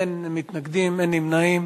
אין מתנגדים, אין נמנעים.